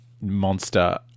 Monster